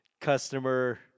customer